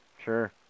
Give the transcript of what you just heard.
Sure